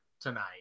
tonight